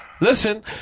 Listen